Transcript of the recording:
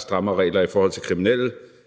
strammere regler i forhold til kriminelle